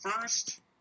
first